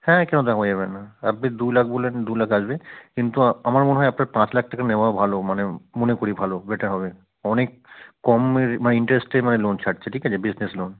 হ্যাঁ কেন দেওয়া যাবে না আপনি দু লাখ বললেন দু লাখ আসবে কিন্তু আমার মনে হয় আপনার পাঁচ লাখ টাকা নেওয়া ভালো মানে মনে করি ভালো বেটার হবে অনেক কমে মানে ইন্টারেস্টে মানে লোন ছাড়ছে ঠিক আছে বিজনেস লোন